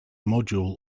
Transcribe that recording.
module